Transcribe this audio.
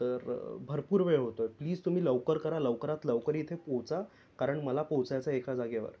तर भरपूर वेळ होतो आहे प्लिज तुम्ही लवकर करा लवकरात लवकर इथे पोहचा कारण मला पोहोचायचं एका जागेवर